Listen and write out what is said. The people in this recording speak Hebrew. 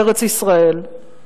בארץ-ישראל.